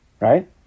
right